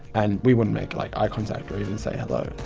and we wouldn't make like eye contact or even say hello.